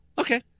Okay